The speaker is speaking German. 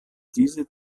diese